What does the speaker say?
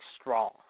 Strong